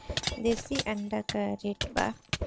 देशी अंडा का रेट बा?